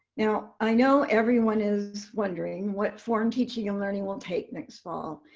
now, i know everyone is wondering what form teaching and learning will take next fall.